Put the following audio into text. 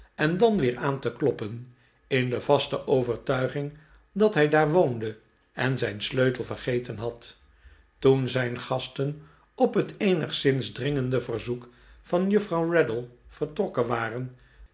en dan weer aan te kloppen in de vaste overtuiging dat hij daar woonde en zijn sleutel vergeten had toen zijn gasten op het eenigszins dringende verzoek van juffrouw raddle vertrokken waren